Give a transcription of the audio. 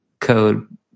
code